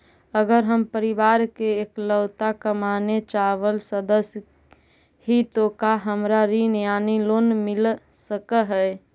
अगर हम परिवार के इकलौता कमाने चावल सदस्य ही तो का हमरा ऋण यानी लोन मिल सक हई?